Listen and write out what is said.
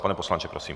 Pane poslanče, prosím.